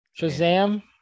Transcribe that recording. Shazam